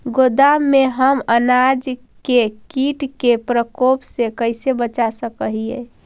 गोदाम में हम अनाज के किट के प्रकोप से कैसे बचा सक हिय?